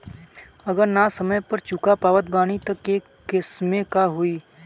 अगर ना समय पर चुका पावत बानी तब के केसमे का होई?